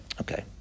Okay